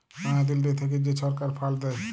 লয়া দিল্লী থ্যাইকে যে ছরকার ফাল্ড দেয়